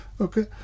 okay